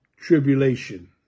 tribulation